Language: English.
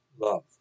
love